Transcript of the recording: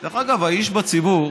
דרך אגב, האיש בציבור,